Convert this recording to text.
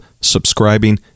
subscribing